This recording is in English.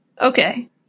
Okay